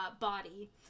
body